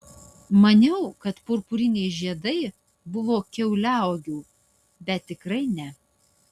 maniau kad purpuriniai žiedai buvo kiauliauogių bet tikrai ne